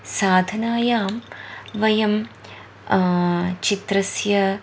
साधनायां वयं चित्रस्य